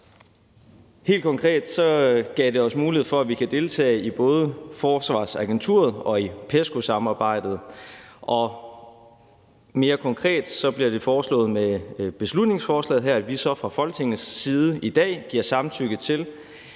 Helt konkret gav det os mulighed for, at vi kan deltage både i forsvarsagenturet og i PESCO-samarbejdet, og mere konkret bliver det foreslået med beslutningsforslaget her, at vi fra Folketingets side i dag giver samtykke til,